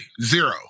Zero